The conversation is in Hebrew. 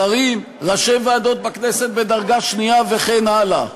שרים, ראשי ועדות בכנסת, בדרגה שנייה, וכן הלאה.